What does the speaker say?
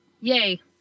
Yay